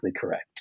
correct